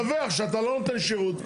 אתה מדווח שאתה לא נותן שירות,